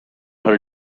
her